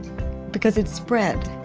because it's spread.